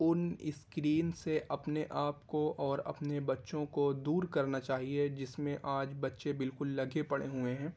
ان screen سے اپنے آپ کو اور اپنے بچّوں کو دور کرنا چاہیے جس میں آج بچے بالکل لگے پڑے ہوئے ہیں